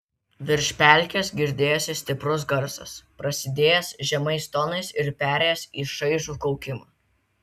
virš pelkės girdėjosi stiprus garsas prasidėjęs žemais tonais ir perėjęs į šaižų kaukimą